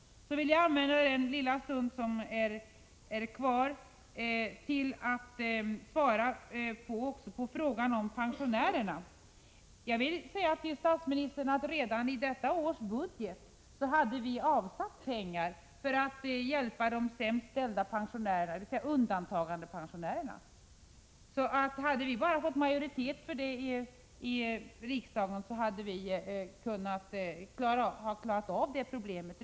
När det gäller pensionärerna vill jag säga till statsministern att centern redan i detta års budget hade avsatt pengar för att hjälpa de sämst ställda pensionärerna, dvs. undantagandepensionärerna. Om vi bara hade fått majoritet i riksdagen hade det problemet redan varit löst.